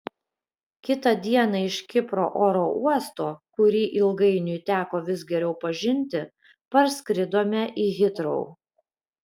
kitą dieną iš kipro oro uosto kurį ilgainiui teko vis geriau pažinti parskridome į hitrou